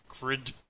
grid